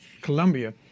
Colombia